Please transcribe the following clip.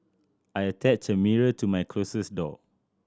I attached a mirror to my closet door